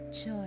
joy